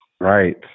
right